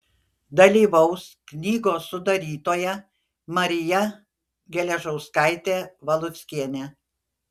dalyvaus knygos sudarytoja marija geležauskaitė valuckienė